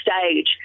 stage